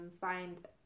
find